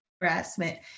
harassment